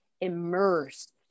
immersed